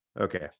Okay